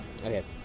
Okay